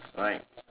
alright